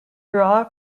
raw